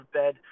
bed